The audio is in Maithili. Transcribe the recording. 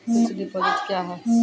फिक्स्ड डिपोजिट क्या हैं?